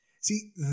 See